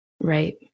Right